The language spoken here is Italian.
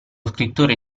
scrittore